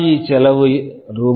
இ NREசெலவு ரூ